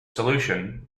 solution